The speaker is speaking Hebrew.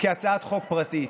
כהצעת חוק פרטית.